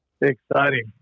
Exciting